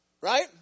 Right